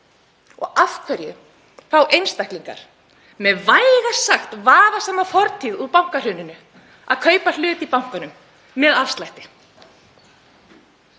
Og af hverju fá einstaklingar með vægast sagt vafasama fortíð úr bankahruninu að kaupa hlut í bankanum með afslætti?